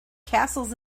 castles